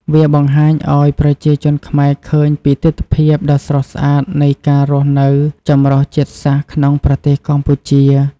វាបង្ហាញឱ្យប្រជាជនខ្មែរឃើញពី ទិដ្ឋភាពដ៏ស្រស់ស្អាតនៃការរស់នៅចម្រុះជាតិសាសន៍ក្នុងប្រទេសកម្ពុជា។